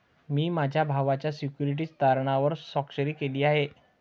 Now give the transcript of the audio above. मी माझ्या भावाच्या सिक्युरिटीज तारणावर स्वाक्षरी केली आहे